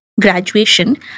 graduation